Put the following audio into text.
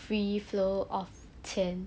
free flow of 钱